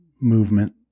movement